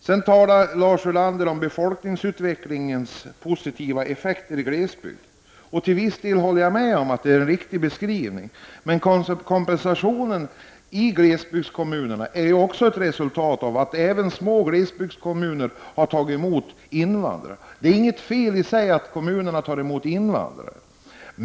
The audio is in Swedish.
Sedan talar Lars Ulander om den positiva befolkningsutvecklingen i glesbygder. Till viss del håller jag med om att det är en riktig beskrivning. Men ökningen i glesbygderna är också ett resultat av att även små glesbygdskommuner har tagit emot invandrare. Det är inget fel i sig att kommunerna tar emot invandrare.